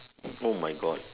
oh my god